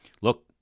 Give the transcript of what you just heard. Look